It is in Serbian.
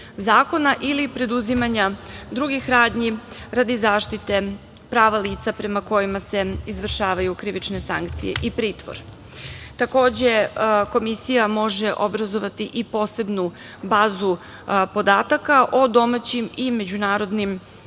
ili preduzimanja drugih radnji radi zaštite prava lica prema kojima se izvršavaju krivične sankcije i pritvor. Takođe, Komisija može obrazovati i posebnu bazu podataka o domaćim i međunarodnim